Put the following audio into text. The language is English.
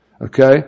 okay